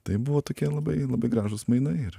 tai buvo tokie labai labai gražūs mainai ir